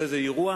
הטוב.